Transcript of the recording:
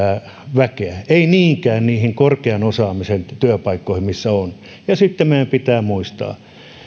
väkeä ei niinkään niihin korkean osaamisen työpaikkoihin missä tarve on ja sitten meidän pitää muistaa